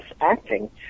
acting